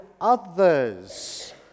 others